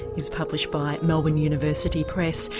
is published by melbourne university press.